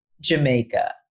Jamaica